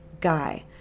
guy